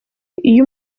iyo